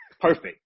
Perfect